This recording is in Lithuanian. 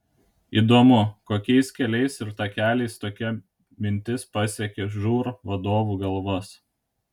įdomu kokiais keliais ir takeliais tokia mintis pasiekė žūr vadovų galvas